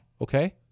okay